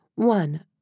one